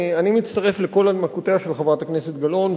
אני מצטרף לכל הנמקותיה של חברת הכנסת גלאון,